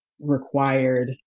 required